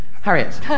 Harriet